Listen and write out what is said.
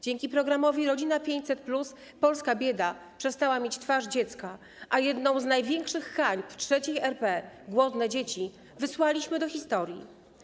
Dzięki programowi ˝Rodzina 500+˝ polska bieda przestała mieć twarz dziecka, a jedną z największych hańb III RP - głodne dzieci - wysłaliśmy do historii.